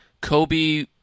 Kobe